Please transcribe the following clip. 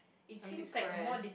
I'm depressed